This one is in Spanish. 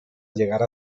llegar